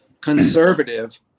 conservative